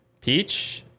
Peach